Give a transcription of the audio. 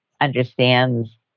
understands